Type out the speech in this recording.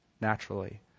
naturally